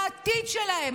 העתיד שלהם,